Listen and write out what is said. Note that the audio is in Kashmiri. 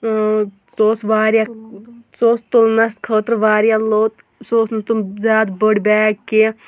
سُہ اوس واریاہ سُہ اوس تُلنَس خٲطرٕ واریاہ لوٚت سُہ اوس نہٕ تٕم زیادٕ بٔڑۍ بیگ کینٛہہ